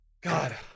God